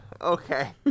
Okay